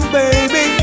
baby